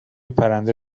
پرنده